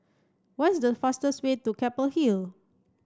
what's the fastest way to Keppel Hill